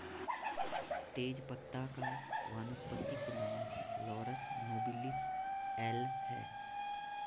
तेजपत्ता का वानस्पतिक नाम लॉरस नोबिलिस एल है